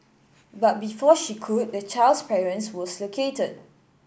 but before she could the child's parent was located